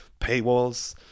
paywalls